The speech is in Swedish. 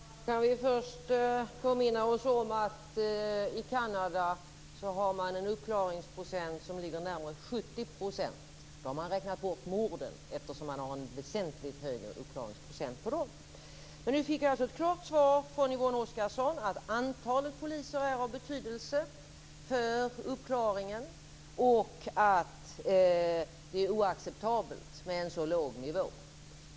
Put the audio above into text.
Fru talman! Jag vill först påminna oss om att i Kanada har man en uppklaringsprocent som ligger på närmare 70 %. Då har man räknat bort morden, eftersom man har en väsentligt högre uppklaringsprocent för dem. Nu fick jag ett klart svar från Yvonne Oscarsson att antalet poliser är av betydelse för uppklaringen och att det är oacceptabelt med en så låg nivå.